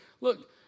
look